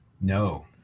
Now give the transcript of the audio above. No